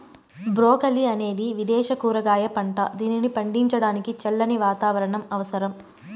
broccoli అనేది విదేశ కూరగాయ పంట, దీనిని పండించడానికి చల్లని వాతావరణం అవసరం